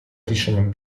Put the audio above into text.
рішенням